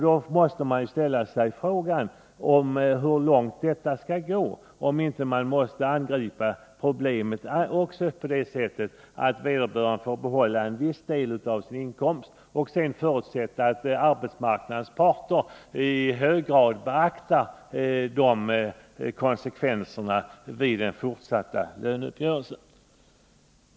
Då måste man ställa sig frågan: Hur långt skall det få gå? Måste man inte angripa problemet på ett sådant sätt att vederbörande får behålla en viss del av sin inkomst? Vi får väl förutsätta att arbetsmarknadens parter i hög grad beaktar konsekvenserna härav i samband med den fortsatta löneuppgörelsen.